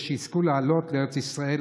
ושיזכו לעלות לארץ ישראל,